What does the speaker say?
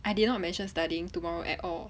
I did not mention studying tomorrow at all